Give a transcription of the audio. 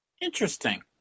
interesting